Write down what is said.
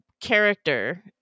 character